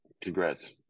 congrats